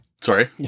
sorry